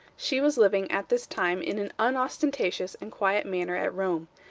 she was living, at this time, in an unostentatious and quiet manner at rome.